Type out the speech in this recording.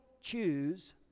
choose